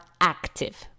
active